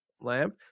lamp